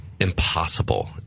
impossible